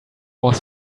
was